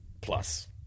plus